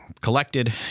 collected